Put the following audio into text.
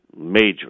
major